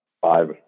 five